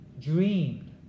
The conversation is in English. dreamed